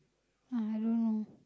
no I don't know